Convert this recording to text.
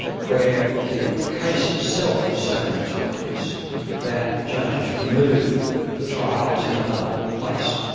where the case itself is so notorious that judges remove the trial to another place.